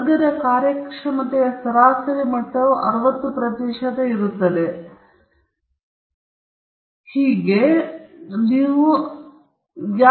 ವರ್ಗದ ಕಾರ್ಯಕ್ಷಮತೆಯ ಸರಾಸರಿ ಮಟ್ಟವು 60 ಪ್ರತಿಶತದಷ್ಟು ಇರುತ್ತದೆ ಮತ್ತು ಅವರ ಭವಿಷ್ಯವಾಣಿಗಳು ಮಾನ್ಯವಾಗಿರುವುದಕ್ಕಿಂತಲೂ ಹೆಚ್ಚಾಗಿ ಅವರು ಹೆಚ್ಚಿನ ಸಂಖ್ಯೆಯ ಡಾಟಾ ಸೆಟ್ಗಳನ್ನು ನಿರ್ವಹಿಸಿದ್ದಾರೆ ಏಕೆಂದರೆ ನೀವು ಕಾಣುವಿರಿ